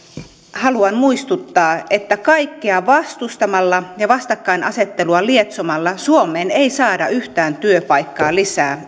haluan muistuttaa että kaikkea vastustamalla ja vastakkainasettelua lietsomalla suomeen ei saada yhtään työpaikkaa lisää